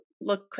look